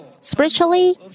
Spiritually